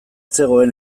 zegoen